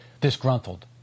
disgruntled